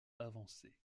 avancés